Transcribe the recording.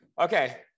okay